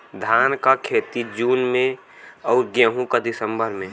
धान क खेती जून में अउर गेहूँ क दिसंबर में?